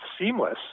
seamless